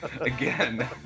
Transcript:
Again